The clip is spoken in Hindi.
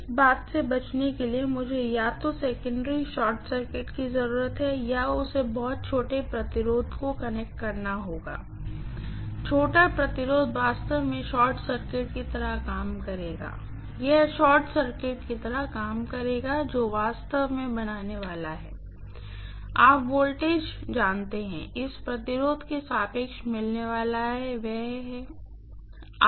इस बात से बचने के लिए कि मुझे या तो सेकेंडरी शॉर्ट सर्किट की जरूरत है या बहुत छोटे प्रतिरोध को कनेक्ट करना है छोटा प्रतिरोध वास्तव में शॉर्ट सर्किट की तरह काम करेगा यह शॉर्ट सर्किट की तरह काम करेगा जो वास्तव में बनाने वाला है आप वोल्टेज जानते हैं इस प्रतिरोध के सापेक्ष मिलने वाला है वह मेरा I है